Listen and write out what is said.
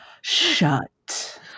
Shut